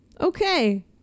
Okay